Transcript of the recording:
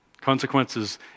Consequences